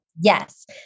Yes